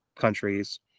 countries